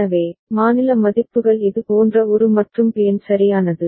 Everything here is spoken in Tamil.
எனவே மாநில மதிப்புகள் இது போன்ற ஒரு மற்றும் பிஎன் சரியானது